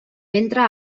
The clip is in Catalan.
ventre